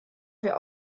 wir